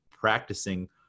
practicing